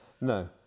No